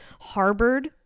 harbored